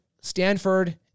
Stanford